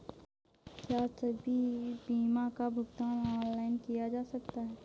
क्या सभी बीमा का भुगतान ऑनलाइन किया जा सकता है?